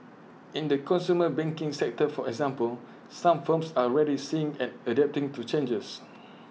in the consumer banking sector for example some firms are ready seeing and adapting to changes